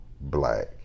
black